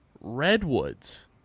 Redwoods